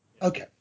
Okay